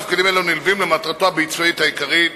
תפקידים אלו נלווים למטרתו הביצועית העיקרית